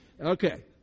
Okay